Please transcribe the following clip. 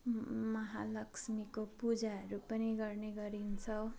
महा लक्ष्मीको पूजाहरू पनि गर्ने गरिन्छ